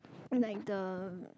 like the